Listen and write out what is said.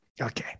okay